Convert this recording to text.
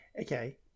Okay